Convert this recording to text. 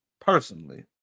personally